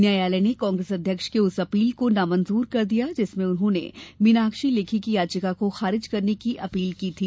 न्यायालय ने कांग्रेस अध्यक्ष की उस अपील को नामंजूर कर दिया जिसमें उन्होंने मीनाक्षी लेखी की याचिका को खारिज करने की अपील की थी